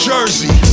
Jersey